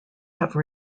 have